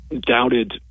doubted